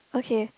okay